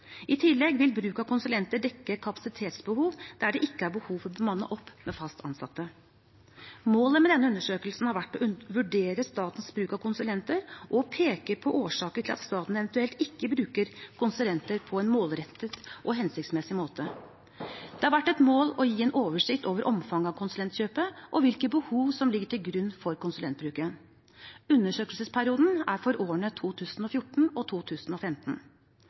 I tillegg vil bruk av konsulenter dekke kapasitetsbehov der det ikke er behov for å bemanne opp med fast ansatte. Målet med denne undersøkelsen har vært å vurdere statens bruk av konsulenter og peke på årsaker til at staten eventuelt ikke bruker konsulenter på en målrettet og hensiktsmessig måte. Det har vært et mål å gi en oversikt over omfanget av konsulentkjøpet og hvilke behov som ligger til grunn for konsulentbruken. Undersøkelsesperioden er for årene 2014 og 2015.